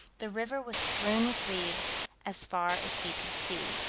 the river was strewn with leaves as far as he could see.